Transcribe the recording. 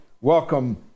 welcome